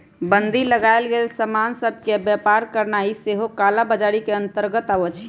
बन्दी लगाएल गेल समान सभ के व्यापार करनाइ सेहो कला बजारी के अंतर्गत आबइ छै